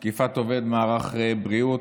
בגין תקיפת עובד מערך בריאות,